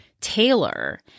Taylor